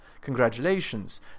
Congratulations